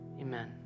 amen